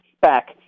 back